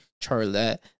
Charlotte